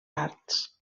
arts